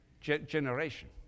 generation